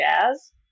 jazz